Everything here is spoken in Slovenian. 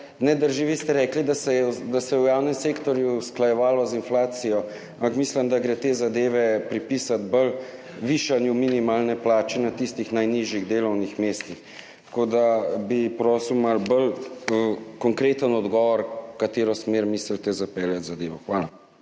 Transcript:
ne drži. Vi ste rekli, da se je v javnem sektorju usklajevalo z inflacijo, ampak mislim, da gre te zadeve pripisati bolj višanju minimalne plače na tistih najnižjih delovnih mestih, tako da bi prosil za malo bolj konkreten odgovor. Zanima me: V katero smer mislite zapeljati zadevo?